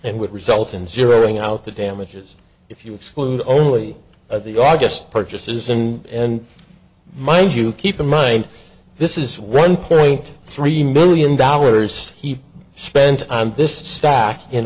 and would result in zero in out the damages if you exclude only the august purchases and mind you keep in mind this is one point three million dollars he spent on this stack in